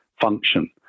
function